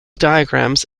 diagrams